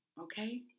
okay